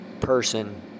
person